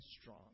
strong